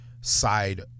side